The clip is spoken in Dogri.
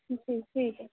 जी ठीक ऐ